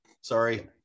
Sorry